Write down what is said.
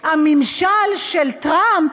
הממשל של טראמפ,